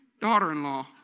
daughter-in-law